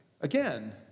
again